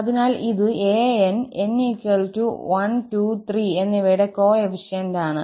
അതിനാൽ ഇത് 𝑎𝑛 𝑛 123 എന്നിവയുടെ കോഎഫിഷ്യന്റാണ്